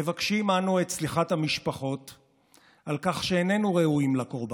מבקשים אנו את סליחת המשפחות על כך שאיננו ראויים לקורבן,